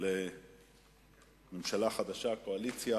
לממשלה חדשה בקואליציה,